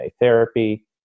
therapy